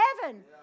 heaven